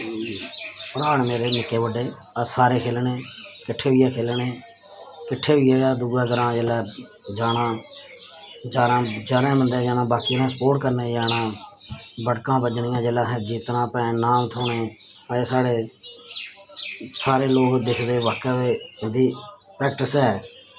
भ्राऽ न मेरे निक्के बड्डे अस सारे खेलने किट्ठे होइयै खेलने किट्ठे होइयै गै दूए ग्रांऽ जेल्लै जाना ञारां ञारें बंदे जाना बाकी असें सपोर्ट करने गी जाना बड़कां बज्जनियां जेल्लै असें जित्तना भैं नाम थ्होने अज्ज साढ़े सारे लोग दिखदे बाकेआ भई इं'दी प्रैक्टिस ऐ